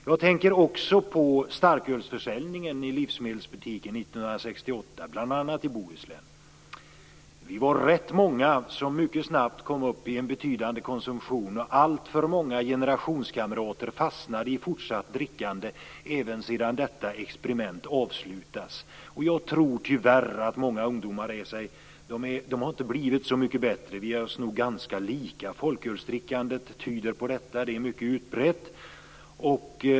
Jag tänker också på starkölsförsäljningen i livsmedelsbutiken 1968, bl.a. i Bohuslän. Vi var rätt många som mycket snabbt kom upp i en betydande konsumtion. Alltför många generationskamrater fastnade i fortsatt drickande även sedan detta experiment avslutats. Jag tror att våra ungdomar tyvärr inte blivit så mycket bättre, vi är nog ganska lika. Folkölsdrickandet tyder på detta - det är mycket utbrett.